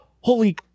holy